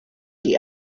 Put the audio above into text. the